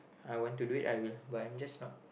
I want to do it I will but I'm just not